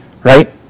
Right